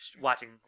watching